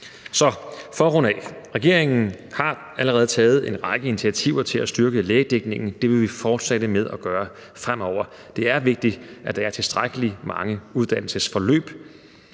af vil jeg sige, at regeringen allerede har taget en række initiativer til at styrke lægedækningen, og det vil vi fortsætte med at gøre fremover, for det er vigtigt, at der er tilstrækkelig mange uddannelsesforløb.